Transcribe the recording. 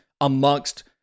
amongst